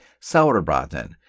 Sauerbraten